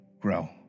grow